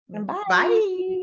bye